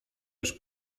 już